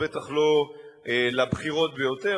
בטח לא לבכירות ביותר,